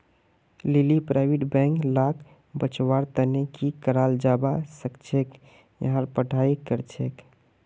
लीली private bank लाक बचव्वार तने की कराल जाबा सखछेक यहार पढ़ाई करछेक